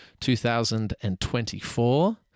2024